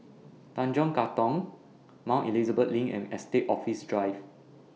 Tanjong Katong Mount Elizabeth LINK and Estate Office Drive